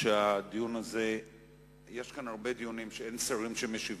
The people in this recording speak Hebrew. שאין שרים שמשיבים,